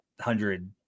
hundred